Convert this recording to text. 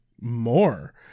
more